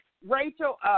Rachel